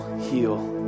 heal